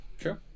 sure